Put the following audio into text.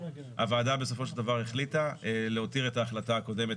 הוועדה בסופו של דבר החליטה להותיר את ההחלטה הקודמת